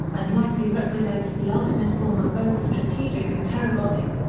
and likely represents the ultimate form of both strategic and terror bombing,